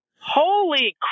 Holy